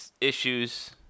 issues